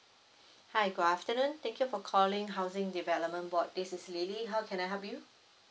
hi good afternoon thank you for calling housing development board this is lily how can I help you